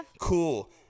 cool